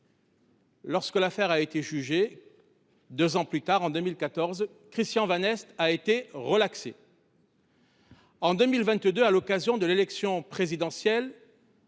Lorsque l’affaire a été jugée, deux ans plus tard, en 2014, Christian Vanneste a été relaxé. En 2022, à l’occasion des élections présidentielles,